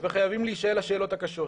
וחייבות להישאל השאלות הקשות.